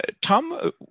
Tom